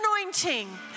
anointing